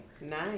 nice